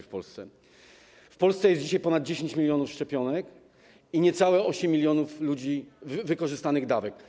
W Polsce jest dzisiaj ponad 10 mln szczepionek i niecałe 8 mln ludzi - wykorzystanych dawek.